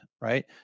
right